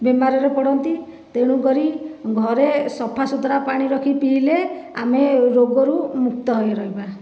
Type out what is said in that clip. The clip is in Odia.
ବେମାରରେ ପଡ଼ନ୍ତି ତେଣୁକରି ଘରେ ସଫା ସୁତୁରା ପାଣି ରଖି ପିଇଲେ ଆମେ ରୋଗରୁ ମୁକ୍ତ ହୋଇ ରହିବା